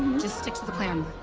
just stick to the plan.